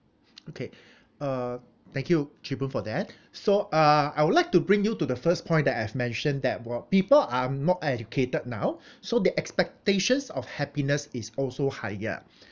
okay uh thank you chee boon for that so uh I would like to bring you to the first point that I've mentioned that while people are more educated now so the expectations of happiness is also higher